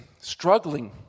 struggling